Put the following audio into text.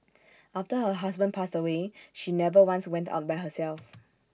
after her husband passed away she never once went out by herself